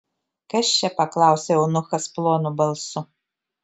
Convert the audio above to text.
kas čia paklausė eunuchas plonu balsu